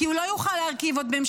כי הוא לא יוכל להרכיב עוד ממשלה.